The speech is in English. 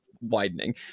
widening